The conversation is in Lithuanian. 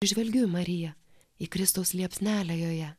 žvelgiu į mariją į kristaus liepsnelę joje